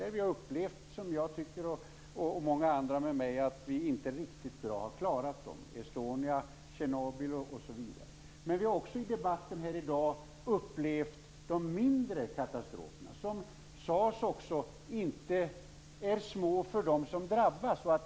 Jag och många med mig har upplevt att vi inte har klarat dem riktigt bra. Det gäller Estonia, Tjernobyl, m.fl. Men vi har också i debatten i dag upplevt de mindre katastroferna, som inte är små för dem som drabbas, vilket också sades.